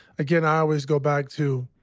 again, i always go back to